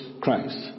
Christ